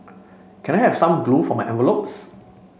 can I have some glue for my envelopes